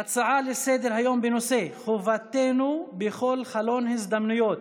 הצעה לסדר-היום בנושא: חובתנו בכל חלון הזדמנויות,